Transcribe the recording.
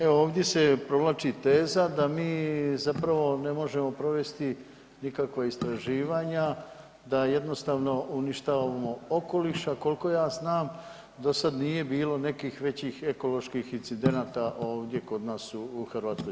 Evo ovdje se provlači teza da mi zapravo ne možemo provesti nikakva istraživanja, da jednostavno uništavamo okoliš a koliko ja znam do sad nije bilo nekih većih ekoloških incidenta ovdje kod nas u Hrvatskoj.